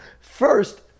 First